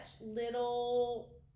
little